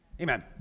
Amen